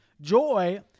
Joy